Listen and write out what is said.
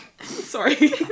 sorry